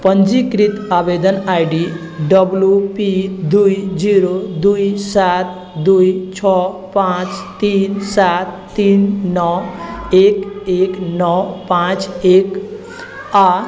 पञ्जीकृत आवेदन I D W P दूइ जीरो दूइ सात दूइ छओ पांँच तीन सात तीन नओ एक एक नओ पांँच एक आठ